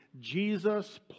Jesus